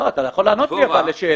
אבל אתה יכול לענות לי לשאלה.